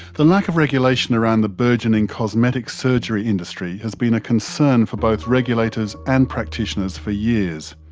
the lack of regulation around the burgeoning cosmetic surgery industry has been a concern for both regulators and practitioners for years,